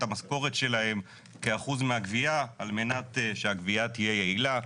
המשכורת שלהם כאחוז מהגבייה על מנת שהגבייה תהיה יעילה.